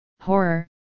horror